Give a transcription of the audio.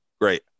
great